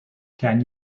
can